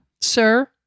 sir